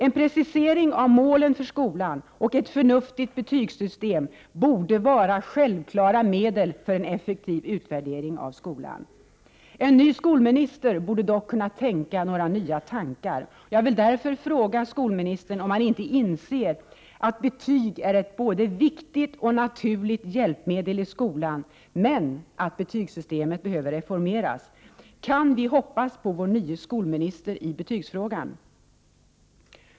En precisering av målen för skolan och ett förnuftigt betygssystem borde vara självklara medel för en effektiv utvärdering av skolan. En ny skolminister borde dock kunna tänka nya tankar. Jag vill därför fråga skolministern om han inte inser att betyg är ett både viktigt och naturligt hjälpmedel i skolan men att betygssystemet behöver reformeras. Kan vi hoppas på vår nye skolminister i betygsfrågan?